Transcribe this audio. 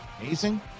Amazing